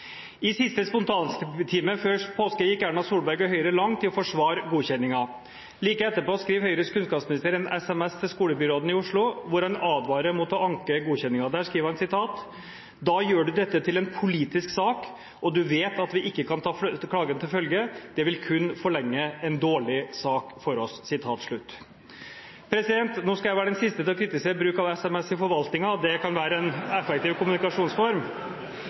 I siste spontanspørretime før påske gikk Erna Solberg og Høyre langt i å forsvare godkjenningen. Like etterpå skriver Høyres kunnskapsminister en SMS til skolebyråden i Oslo, hvor han advarer mot å anke godkjenningen. Der skriver han: «Da gjør du dette til en politisk sak, og du vet vi ikke kan ta klagen til følge. Det vil kun forlenge en dårlig sak for oss.» Nå skal jeg være den siste til å kritisere bruk av SMS i forvaltningen. Det kan være en effektiv kommunikasjonsform.